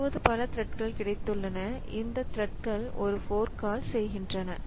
இப்போது பல த்ரெட்கள் கிடைத்துள்ளன இந்த த்ரெட்கள் ஒரு ஃபோர்க் கால் செய்கின்றன